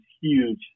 huge